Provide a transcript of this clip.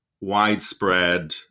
widespread